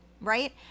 right